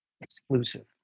exclusive